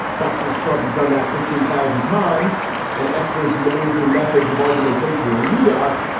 but since trump has done that fifteen thousand times and espers modes and methods of argumentation are new to us.